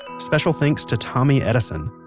special thanks to tommy edison.